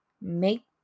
make